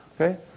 Okay